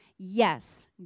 Yes